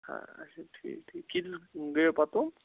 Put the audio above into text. اچھا ٹھیٖک ٹھیٖک کِتھ گٔیو پَتہٕ تِم